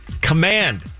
command